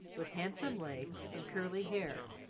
with handsome legs and curly hair.